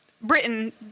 Britain